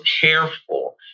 careful—